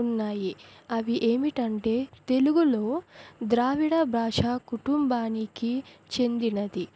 ఉన్నాయి అవి ఏమిటంటే తెలుగులో ద్రావిడ భాష కుటుంబానికి చెందినది